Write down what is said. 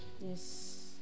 Yes